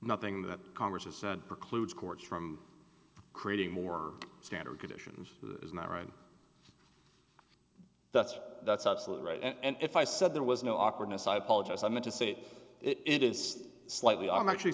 nothing that congress has sent precludes courts from creating more standard conditions is not right that's that's absolutely right and if i said there was no awkwardness i apologize i'm going to say it is slightly i'm actually